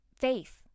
Faith